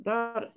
Dar